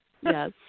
Yes